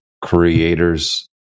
creators